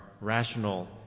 rational